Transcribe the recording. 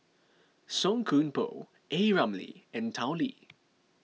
Song Koon Poh A Ramli and Tao Li